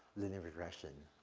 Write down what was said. linear regression.